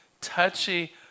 touchy